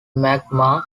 magma